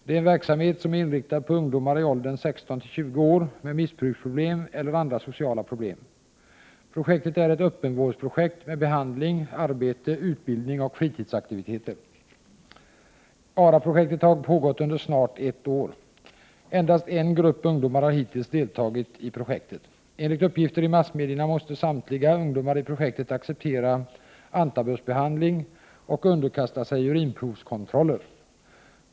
Det är en verksamhet som är inriktad på ungdomar i åldern 16—20 år med missbruksproblem eller andra sociala problem. Projektet är ett öppenvårdsprojekt med behandling, arbete, utbildning och fritidsaktiviteter. ARA-projektet har pågått under snart ett år. Endast en grupp ungdomar har hittills deltagit i projektet. Enligt uppgifter i massmedierna måste samtliga ungdomar i projektet acceptera antabusbehandling och underkasta sig urinprovskontroller.